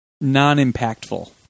non-impactful